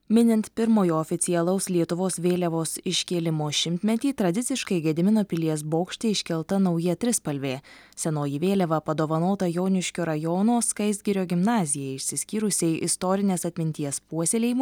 minint pirmojo oficialaus lietuvos vėliavos iškėlimo šimtmetį tradiciškai gedimino pilies bokšte iškelta nauja trispalvė senoji vėliava padovanota joniškio rajono skaistgirio gimnazijai išsiskyrusiai istorinės atminties puoselėjimu